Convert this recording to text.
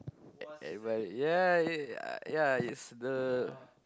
but ya ya ya uh ya it's the